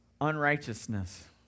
unrighteousness